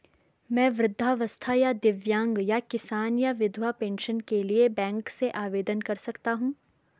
मैं वृद्धावस्था या दिव्यांग या किसान या विधवा पेंशन के लिए बैंक से आवेदन कर सकता हूँ?